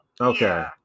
Okay